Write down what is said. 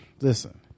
listen